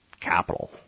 capital